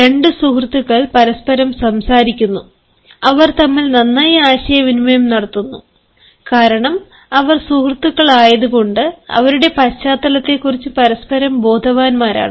രണ്ട് സുഹൃത്തുക്കൾ പരസ്പരം സംസാരിക്കുന്നു അവർ തമ്മിൽ നന്നായി ആശയവിനിമയം നടത്തുന്നു കാരണം അവർ സുഹൃത്തുക്കളായതുകൊണ്ട് അവരുടെ പശ്ചാത്തലത്തെക്കുറിച്ച് പരസ്പരം ബോധവാന്മാരാണ്